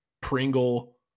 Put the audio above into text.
Pringle